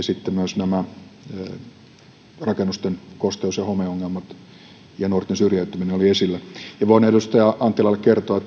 sitten myös nämä rakennusten kosteus ja homeongelmat ja nuorten syrjäytyminen olivat esillä voin edustaja anttilalle kertoa